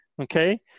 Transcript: Okay